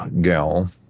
gal